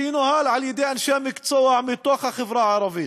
שתנוהל על-ידי אנשי מקצוע מהחברה הערבית,